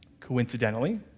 Coincidentally